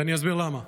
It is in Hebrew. ואני אסביר למה: